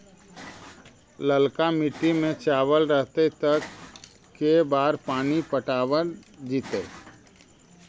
ललका मिट्टी में चावल रहतै त के बार पानी पटावल जेतै?